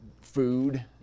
food